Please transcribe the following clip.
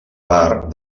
part